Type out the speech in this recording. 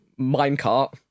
minecart